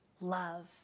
love